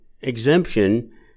exemption